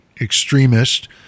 extremist